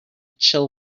chill